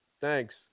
Thanks